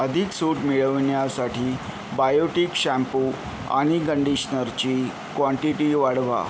अधिक सूट मिळविण्यासाठी बायोटिक शॅम्पू आणि गंडिशनरची क्वांटीटी वाढवा